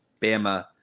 Bama